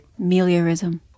meliorism